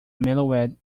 mellowed